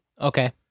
Okay